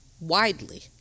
widely